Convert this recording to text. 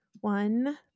one